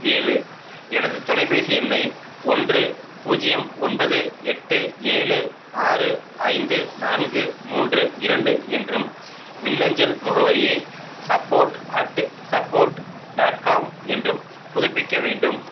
ஏழு எனது தொலைபேசி எண்ணை ஒன்று பூஜ்யம் ஒன்பது எட்டு ஏழு ஆறு ஐந்து நான்கு மூன்று இரண்டு என்றும் மின்னஞ்சல் முகவரியை support at support dot com என்றும் புதுப்பிக்க வேண்டும்